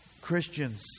Christians